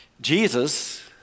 Jesus